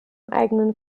eigenen